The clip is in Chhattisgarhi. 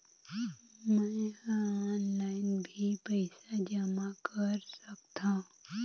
मैं ह ऑनलाइन भी पइसा जमा कर सकथौं?